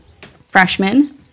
freshman